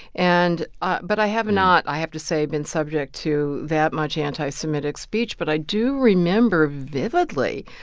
and ah but i have not, i have to say, been subject to that much anti-semitic speech. but i do remember, vividly,